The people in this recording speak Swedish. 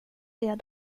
det